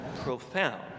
profound